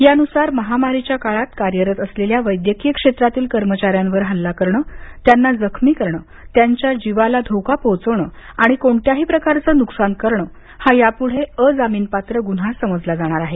या नुसार महामारीच्या काळात कार्यरत असलेल्या वैद्यकीय क्षेत्रातील कर्मचाऱ्यांवर हल्ला करणे त्यांना जखमी करणे त्यांच्या जीवाला धोका पोहोचवणे आणि कोणत्याही प्रकारच नुकसान करणे हा यापुढे अजामीनपात्र गुन्हा समजला जाणार आहे